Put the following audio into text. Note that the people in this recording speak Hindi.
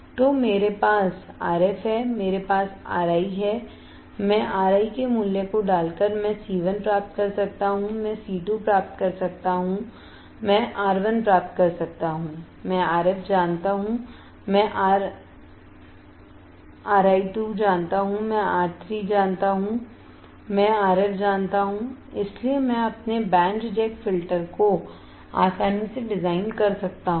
तो मेरे पास Rf है मेरे पास Ri है मैं Ri के मूल्य को डालकर मैं C1 प्राप्त कर सकता हूं मैं C2 प्राप्त कर सकता हूं मैं R1 प्राप्त कर सकता हूं मैं Rfजानता हूँमैं Ri2 जानता हूँमैं R3 जानता हूँ मैं Rfजानता हूँ इसलिए मैं अपने बैंड रिजेक्ट फिल्टर को आसानी से डिजाइन कर सकता हूं